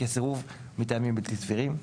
כסירוב מטעמים בלתי סבירים;